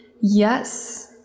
yes